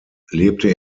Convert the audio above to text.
lebte